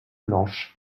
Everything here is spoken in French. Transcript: blanche